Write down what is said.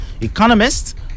economist